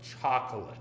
chocolate